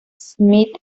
smith